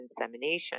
insemination